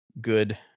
good